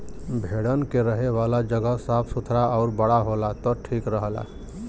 भेड़न के रहे वाला जगह साफ़ सुथरा आउर बड़ा होला त ठीक रहला